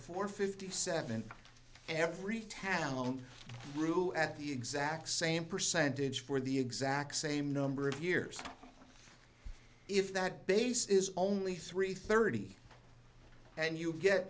four fifty seven every town grew at the exact same percentage for the exact same number of years if that base is only three thirty and you get